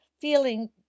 feeling